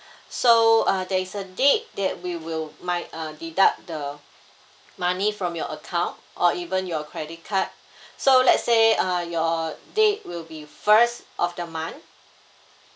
so uh there is a date that we will might uh deduct the money from your account or even your credit card so let's say uh your date will be first of the month